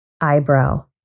Eyebrow